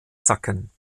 sacken